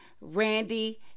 Randy